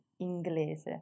inglese